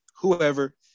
whoever